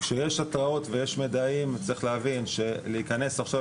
כשיש התרעות ויש מידעים צריך להבין שלהיכנס עכשיו,